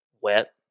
wet